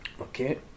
Okay